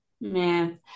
man